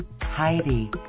Heidi